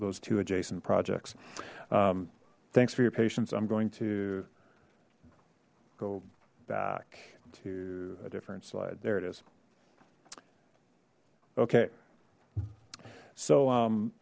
se two adjacent projects thanks for your patience i'm going to go back to a different slide there it is okay so